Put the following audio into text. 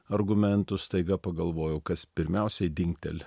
argumentus staiga pagalvojau kas pirmiausiai dingteli